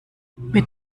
mit